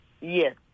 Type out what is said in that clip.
Yes